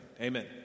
Amen